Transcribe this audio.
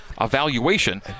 evaluation